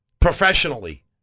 professionally